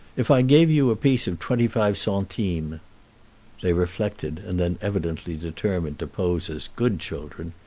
if i gave you a piece of twenty-five centimes? they reflected, and then evidently determined to pose as good children.